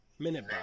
Minute